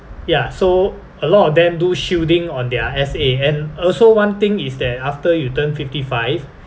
ya so a lot of them do shielding on their S_A and also one thing is that after you turn fifty five